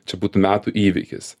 čia bus metų įvykis